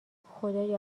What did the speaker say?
خدایا